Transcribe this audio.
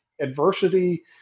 adversity